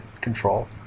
control